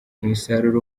umusaruro